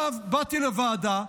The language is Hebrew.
באתי לוועדה,